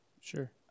Sure